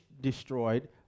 destroyed